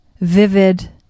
vivid